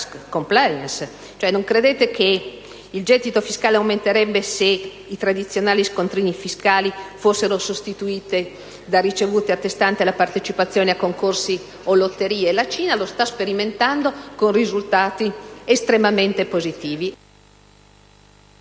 possibile che il gettito fiscale potrebbe aumentare se i tradizionali scontrini fiscali fossero sostituiti da ricevute attestanti la partecipazione a concorsi o lotterie? La Cina lo sta sperimentando con risultati estremamente positivi.